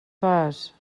fas